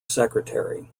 secretary